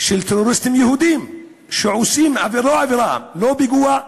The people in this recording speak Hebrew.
של טרוריסטים יהודים שעושים עבירה, לא פיגוע,